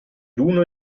l’uno